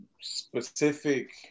specific